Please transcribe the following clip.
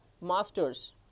masters